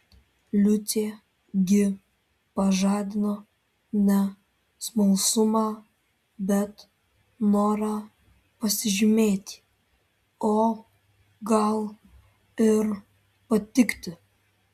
liucė gi pažadino ne smalsumą bet norą pasižymėti o gal ir patikti